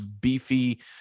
beefy